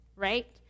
right